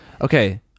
okay